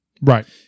Right